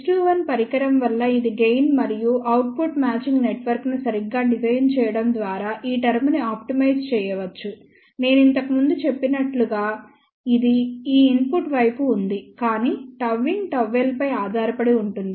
S21 పరికరం వల్ల ఇది గెయిన్ మరియు అవుట్పుట్ మ్యాచింగ్ నెట్వర్క్ను సరిగ్గా డిజైన్ చేయడం ద్వారా ఈ టర్మ్ ని ఆప్టిమైజ్ చేయవచ్చు నేను ఇంతకు ముందు చెప్పినట్లుగా ఇది ఈ ఇన్పుట్ వైపు ఉంది కానీ Γin ΓL పై ఆధారపడి ఉంటుంది